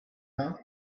now